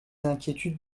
inquiétudes